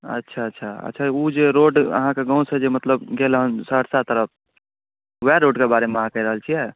अच्छा अच्छा अच्छा ओ जे रोड अहाँके गाँव सऽ जे गेल हँ सहरसा तरफ वएह रोडके बारे मे अहाँ कहि रहल छियै